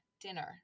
dinner